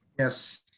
yes.